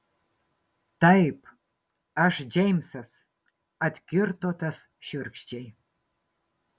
taip aš džeimsas atkirto tas šiurkščiai